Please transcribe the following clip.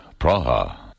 Praha